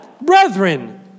Brethren